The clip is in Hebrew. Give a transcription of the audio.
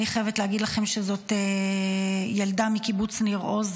אני חייבת להגיד לכם שזאת ילדה מקיבוץ ניר עוז,